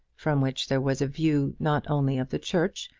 from which there was a view, not only of the church,